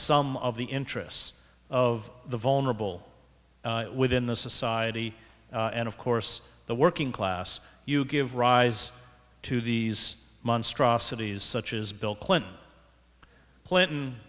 some of the interests of the vulnerable within the society and of course the working class you give rise to these monstrosities such as bill clinton clinton